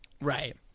Right